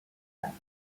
rapids